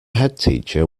headteacher